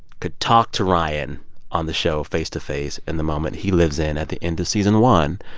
could talk to ryan on the show face to face in the moment he lives in at the end of season one,